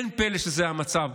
אין פלא שזה המצב.